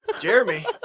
Jeremy